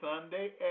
Sunday